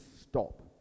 stop